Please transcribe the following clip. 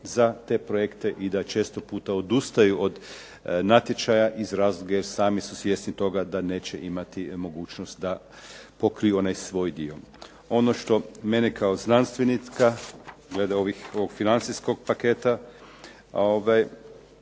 za te projekte i da često puta odustaju od natječaja iz razloga jer sami su svjesni toga da neće imati mogućnost da pokriju onaj svoj dio. Ono što mene kao znanstvenika glede ovog financijskog paketa